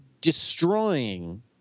destroying